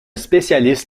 spécialiste